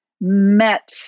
met